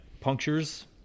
punctures